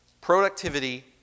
productivity